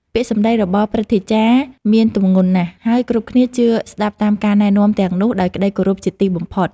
ពាក្យសម្ដីរបស់ព្រឹទ្ធាចារ្យមានទម្ងន់ណាស់ ហើយគ្រប់គ្នាជឿស្ដាប់តាមការណែនាំទាំងនោះដោយក្តីគោរពជាទីបំផុត។